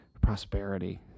prosperity